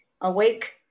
awake